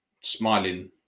smiling